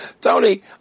Tony